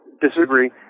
disagree